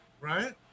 Right